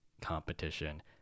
competition